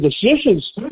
decisions